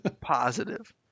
positive